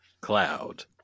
Cloud